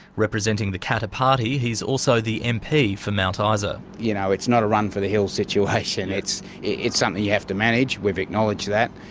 representing the katter party, he is also the mp for mount ah isa. you know it's not a run for the hills situation. it's it's something you have to manage, we've acknowledged that,